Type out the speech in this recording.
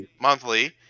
monthly